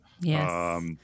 Yes